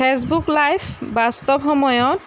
Facebook live বাস্তৱ সময়ত